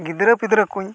ᱜᱤᱫᱽᱨᱟᱹ ᱯᱤᱫᱽᱨᱟᱹ ᱠᱚᱧ